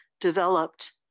developed